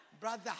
brother